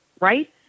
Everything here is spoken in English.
Right